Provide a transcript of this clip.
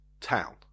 town